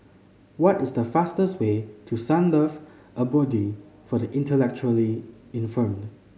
what is the fastest way to Sunlove Abode for the Intellectually Infirmed